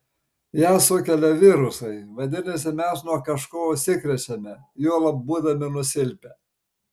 ją sukelia virusai vadinasi mes nuo kažko užsikrečiame juolab būdami nusilpę